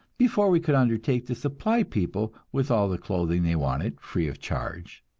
before we could undertake to supply people with all the clothing they wanted free of charge.